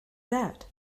that